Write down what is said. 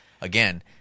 again